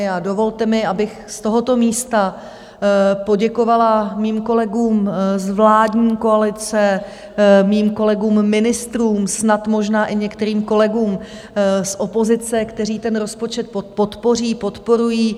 A dovolte mi, abych z tohoto místa poděkovala svým kolegům z vládní koalice, svým kolegům ministrům, snad možná i některým kolegům z opozice, kteří ten rozpočet podpoří, podporují.